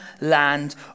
land